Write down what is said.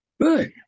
Good